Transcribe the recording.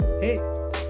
Hey